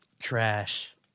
Trash